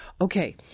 Okay